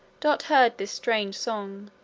dot heard this strange song,